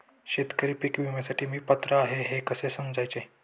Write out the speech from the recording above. शेतकरी पीक विम्यासाठी मी पात्र आहे हे कसे समजायचे?